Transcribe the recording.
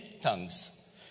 tongues